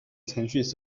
程序